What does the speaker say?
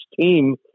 team